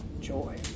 joy